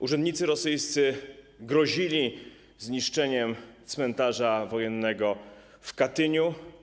Urzędnicy rosyjscy grozili zniszczeniem cmentarza wojennego w Katyniu.